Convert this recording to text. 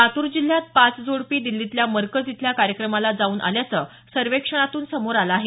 लातूर जिल्ह्यातही पाच जोडपी दिल्लीतल्या मरकज इथल्या कार्यक्रमाला जाऊन आल्याचं सर्वेक्षणातून समोर आलं आहे